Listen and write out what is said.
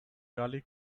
gully